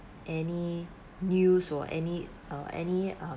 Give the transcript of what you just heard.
any news or any uh any um